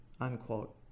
Unquote